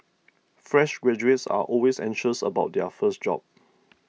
fresh graduates are always anxious about their first job